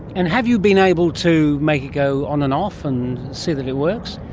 and have you been able to make it go on and off and see that it works?